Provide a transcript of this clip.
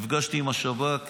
נפגשתי עם השב"כ,